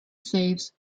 saves